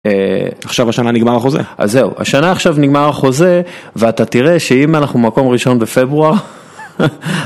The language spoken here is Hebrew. עכשיו השנה נגמר החוזה. אז זהו, השנה עכשיו נגמר אחוזה ואתה תראה שאם אנחנו מקום ראשון בפברואר.